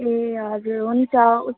ए हजुर हुन्छ उस्